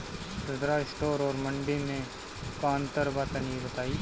खुदरा स्टोर और मंडी में का अंतर बा तनी बताई?